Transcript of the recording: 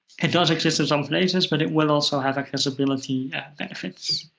it does exist in some places, but it will also have accessibility benefits.